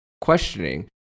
questioning